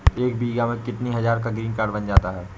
एक बीघा में कितनी हज़ार का ग्रीनकार्ड बन जाता है?